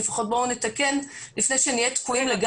לפחות בואו נתקן לפני שנהיה תקועים לגמרי.